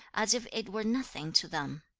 as if it were nothing to them